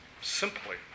simply